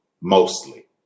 mostly